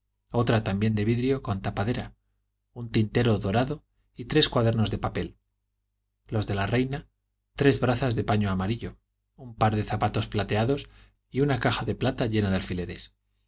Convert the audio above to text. otra también de vidrio con tapadera un tintero dorado y tres cuadernos de papel los de la reina tres brazas de paño amarillo un par de zapatos plateados y una caja de plata llena de alfileres